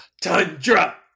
Tundra